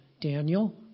Daniel